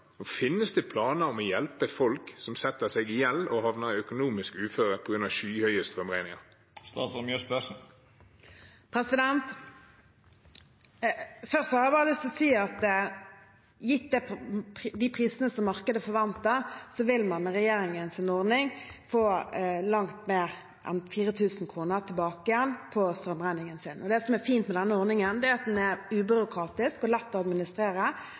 Finnes det planer om å hjelpe folk som setter seg i gjeld og havner i et økonomisk uføre på grunn av skyhøye strømregninger? Først har jeg lyst til å si at gitt de prisene som markedet forventer, vil man med regjeringens ordning få langt mer enn 4 000 kr tilbake igjen på strømregningen sin. Det som er fint med denne ordningen, er at den er ubyråkratisk og lett å administrere.